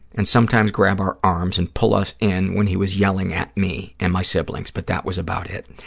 and sometimes grab our arms and pull us in when he was yelling at me and my siblings, but that was about it.